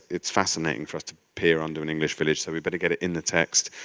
it's fascinating for us to appear under an english village, so we better get it in the text.